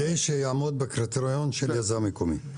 זה כדי שהוא יעמוד בקריטריון של יזם מקומי.